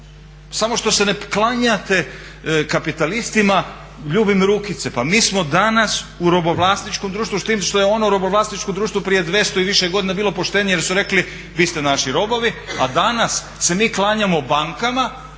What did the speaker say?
Samo što se ne klanjate kapitalistima, ljubim rukice. Pa mi smo danas u robovlasničkom društvu, s tim što je ono robovlasničko društvo prije 200 i više godina bilo poštenije jer su rekli vi ste naši robovi, a danas se mi klanjamo bankama